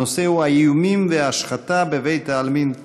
הנושא הוא: האיומים וההשחתה בבית-העלמין תל-רגב.